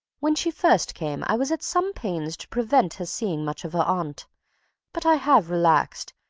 when she first came i was at some pains to prevent her seeing much of her aunt but i have relaxed,